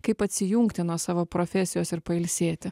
kaip atsijungti nuo savo profesijos ir pailsėti